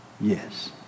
Yes